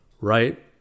right